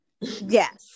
Yes